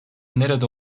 nerede